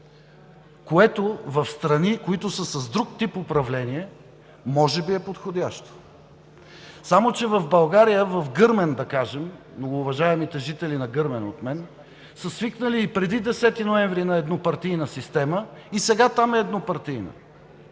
което в страни, които са с друг тип управление може би е подходящо, само че в България, в Гърмен, да кажем, многоуважаемите от мен жители на Гърмен, са свикнали и преди 10 ноември на еднопартийна система, и сега там е еднопартийна.